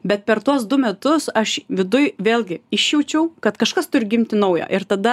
bet per tuos du metus aš viduj vėlgi išjaučiau kad kažkas turi gimti nauja ir tada